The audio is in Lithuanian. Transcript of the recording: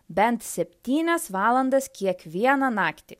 bent septynias valandas kiekvieną naktį